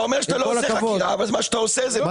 אתה אומר שאתה לא עושה חקירה אבל מה שאתה עושה הוא מתן